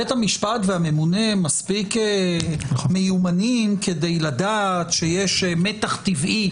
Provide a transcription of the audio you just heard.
בית המשפט והממונה מספיק מיומנים כדי לדעת שיש מתח טבעי